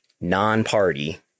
non-party